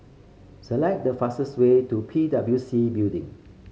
select the fastest way to P W C Building